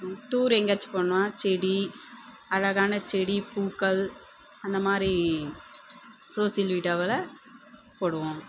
tour எங்கேயாச்சி போனால் செடி அழகான செடி பூக்கள் அந்த மாதிரி சோசியல் போடுவோம்